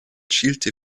schielte